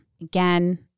Again